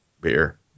beer